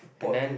and then